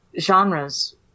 genres